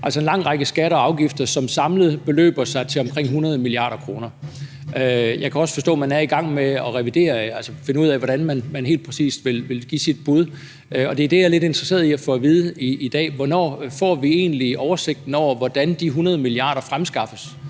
altså, en lang række skatter og afgifter, som samlet beløber sig til omkring 100 mia. kr. Jeg kan også forstå, at man er i gang med at revidere, altså finde ud af, hvordan man helt præcist vil give sit bud, og det er det, jeg er lidt interesseret i at få at vide i dag: Hvornår får vi egentlig oversigten over, hvordan de 100 mia. kr. fremskaffes?